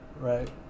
Right